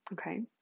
Okay